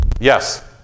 yes